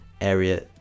area